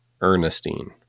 Ernestine